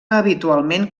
habitualment